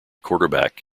quarterback